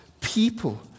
people